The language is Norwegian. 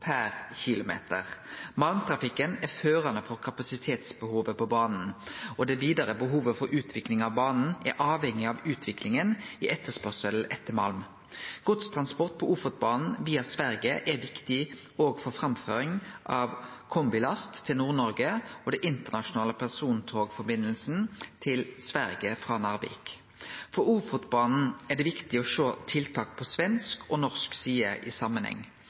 per kilometer. Malmtrafikken er førande for kapasitetsbehovet på banen, og det vidare behovet for utvikling av banen er avhengig av utviklinga i etterspurnaden etter malm. Godstransport på Ofotbanen via Sverige er viktig òg for framføring av kombilast til Nord-Noreg og det internasjonale persontogsambandet til Sverige frå Narvik. For Ofotbanen er det viktig å sjå tiltak på svensk og norsk side i samanheng.